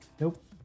Nope